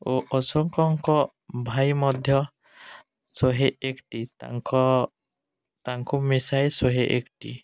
ଓ ଅଶୋକଙ୍କ ଭାଇ ମଧ୍ୟ ଶହେ ଏକଟି ତାଙ୍କ ତାଙ୍କୁ ମିଶାଇ ଶହେ ଏକଟି